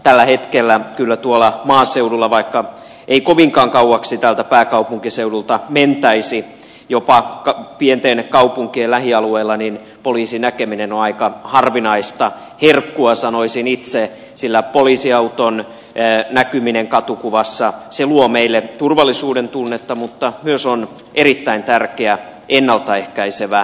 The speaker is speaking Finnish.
tällä hetkellä kyllä tuolla maaseudulla vaikka ei kovinkaan kauaksi täältä pääkaupunkiseudulta mentäisi jopa pienten kaupunkien lähialueilla poliisin näkeminen on aika harvinaista herkkua sanoisin itse sillä poliisiauton näkyminen katukuvassa luo meille turvallisuudentunnetta mutta myös on erittäin tärkeä ennalta ehkäisevä tekijä